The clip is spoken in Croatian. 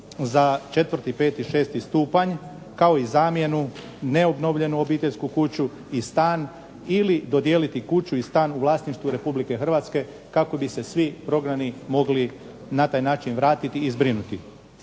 za 4., 5. i 6. stupanj kao i zamjenu neobnovljenu obiteljsku kuću i stan ili dodijeliti kuću i stan u vlasništvu RH kako bi se svi prognani na taj način mogli vratiti i zbrinuti.